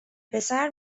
پسر